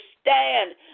stand